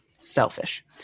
Selfish